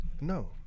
no